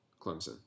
Clemson